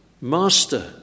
Master